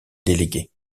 délégués